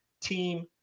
team